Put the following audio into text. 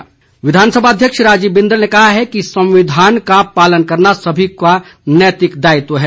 बिंदल विधानसभा अध्यक्ष राजीव बिंदल ने कहा है कि संविधान का पालन करना सभी का नैतिक दायित्व है